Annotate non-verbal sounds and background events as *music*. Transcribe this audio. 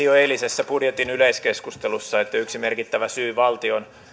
*unintelligible* jo eilisessä budjetin yleiskeskustelussa että yksi merkittävä syy valtion